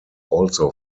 also